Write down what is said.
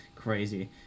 crazy